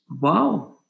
Wow